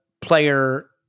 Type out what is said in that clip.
player